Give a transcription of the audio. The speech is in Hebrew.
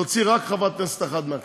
להוציא רק חברת כנסת אחת מהכנסת,